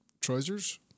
trousers